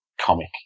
comic